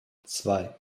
zwei